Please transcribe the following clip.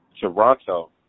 Toronto